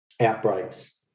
outbreaks